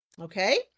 Okay